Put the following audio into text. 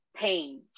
pain